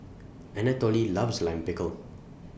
Anatole loves Lime Pickle